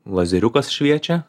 lazeriukas šviečia